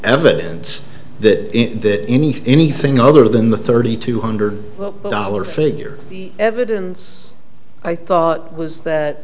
evidence that that anything anything other than the thirty two hundred dollar figure evidence i thought was that